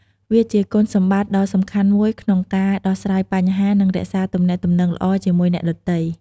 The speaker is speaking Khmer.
វាជាគុណសម្បតិ្តដ៏សំខាន់មួយក្នុងការដោះស្រាយបញ្ហា និងរក្សាទំនាក់ទំនងល្អជាមួយអ្នកដទៃ។